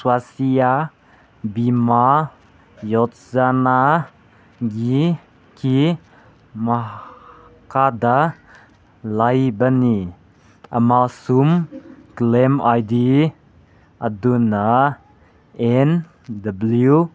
ꯁ꯭ꯋꯥꯁꯇꯤꯌꯥ ꯕꯤꯃꯥ ꯌꯣꯖꯅꯥꯒꯤ ꯀꯤ ꯃꯈꯥꯗ ꯂꯩꯕꯅꯤ ꯑꯃꯁꯨꯡ ꯀ꯭ꯂꯦꯝ ꯑꯥꯏ ꯗꯤ ꯑꯗꯨꯅ ꯑꯦꯟ ꯗꯕ꯭ꯂꯤꯌꯨ